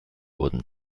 wurden